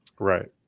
Right